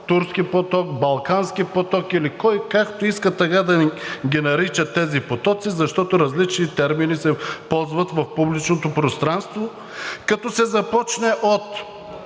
Турски поток, Балкански поток, или кой както иска, така да ги нарича тези потоци, защото различни термини се ползват в публичното пространство, като се започне от: